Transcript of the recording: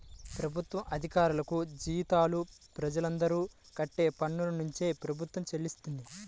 ప్రభుత్వ అధికారులకు జీతాలు ప్రజలందరూ కట్టే పన్నునుంచే ప్రభుత్వం చెల్లిస్తది